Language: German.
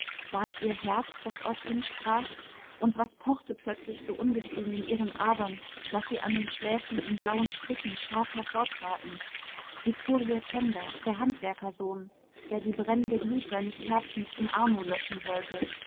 war es ihr herz das aus ihnen sprach und was pochte plötzlich so ungestüm in ihren adern daß sie an den schläfen in blauen strichen scharf hervortraten vittorio tenda der handwerkersohn der die brennende glut seines herzens im arno löschen wollte